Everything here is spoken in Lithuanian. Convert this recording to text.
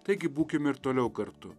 taigi būkime ir toliau kartu